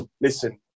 listen